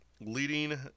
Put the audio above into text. leading